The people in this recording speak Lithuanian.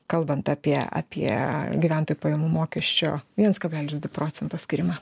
kalbant apie apie gyventojų pajamų mokesčio viens kablelis du procento skyrimą